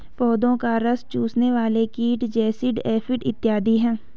पौधों का रस चूसने वाले कीट जैसिड, एफिड इत्यादि हैं